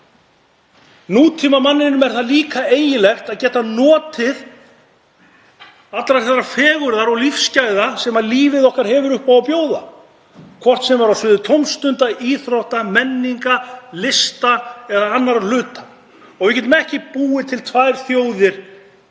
Nútímamanninum er það líka eiginlegt að vilja geta notið allrar þeirrar fegurðar og lífsgæða sem lífið okkar hefur upp á að bjóða, hvort sem er á sviði tómstunda, íþrótta, menningar, lista eða annarra hluta. Við getum ekki búið til tvær þjóðir